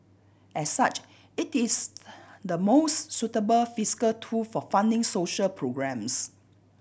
as such it is the most suitable fiscal tool for funding social programmes